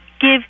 give